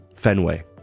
Fenway